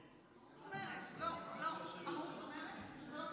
טלי, אומרת שזה לא צריך להיות ככה.